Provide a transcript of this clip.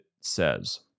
says